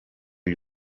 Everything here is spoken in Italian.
gli